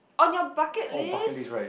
on your bucket list